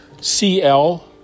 cl